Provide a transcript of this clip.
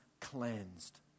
cleansed